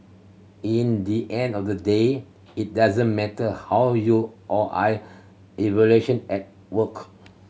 in the end of the day it doesn't matter how you or I evaluation at work